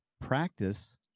practice